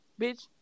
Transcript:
bitch